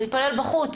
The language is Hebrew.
הוא התפלל בחוץ.